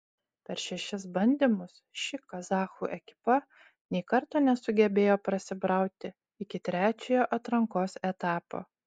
per šešis bandymus ši kazachų ekipa nei karto nesugebėjo prasibrauti iki trečiojo atrankos etapo